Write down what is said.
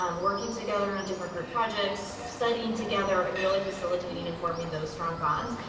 um working together on different group projects, studying together and really facilitating and forming those strong bonds.